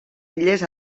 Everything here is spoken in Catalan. illes